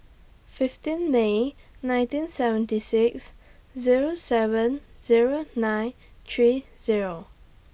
fifteen May nineteen seventy six Zero seven Zero nine three Zero